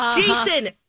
Jason